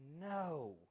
No